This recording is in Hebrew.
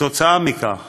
בעקבות זאת,